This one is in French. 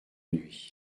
nuit